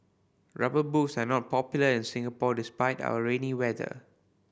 Rubber Boots are not popular in Singapore despite our rainy weather